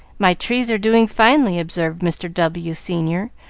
my trees are doing finely, observed mr. w, senior,